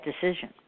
decision